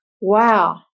wow